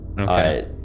Okay